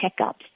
checkups